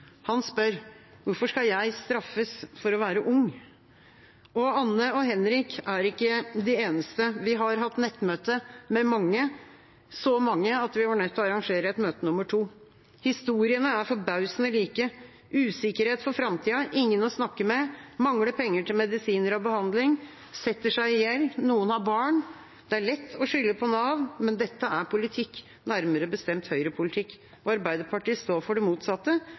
Han spør: Hvorfor skal jeg straffes for å være ung? Anne og Henrik er ikke de eneste. Vi har hatt nettmøte med mange, så mange at vi var nødt til å arrangere et møte nummer to. Historiene er forbausende like: usikkerhet for framtida, ingen å snakke med, mangler penger til medisiner og behandling, setter seg i gjeld, noen har barn. Det er lett å skylde på Nav, men dette er politikk, nærmere bestemt høyrepolitikk. Arbeiderpartiet står for det motsatte.